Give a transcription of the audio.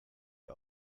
wir